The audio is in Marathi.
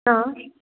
हां